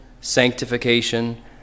sanctification